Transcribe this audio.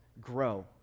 grow